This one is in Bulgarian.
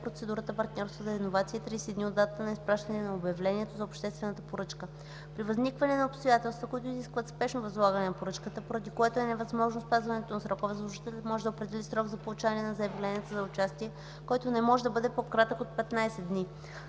процедурата партньорство за иновации е 30 дни от датата на изпращане на обявлението за обществената поръчка. При възникване на обстоятелства, които изискват спешно възлагане на поръчка, поради което е невъзможно спазването на срока, възложителят може да определи срок за получаване на заявления за участие, който не може да бъде по-кратък от 15 дни.